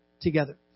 together